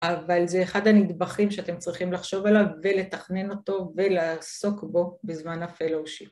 אבל זה אחד הנדבחים שאתם צריכים לחשוב עליו ולתכנן אותו ולעסוק בו בזמן הפלושיפ.